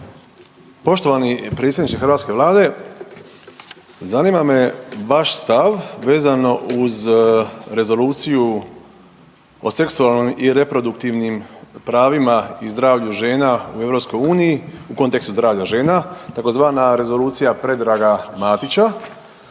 Poštovani predsjedniče hrvatske vlade, zanima me vaš stav vezano uz Rezoluciju o seksualnim i reproduktivnim pravima i zdravlju žena u EU, u kontekstu zdravlja žena tzv. Rezolucija Predraga Matića.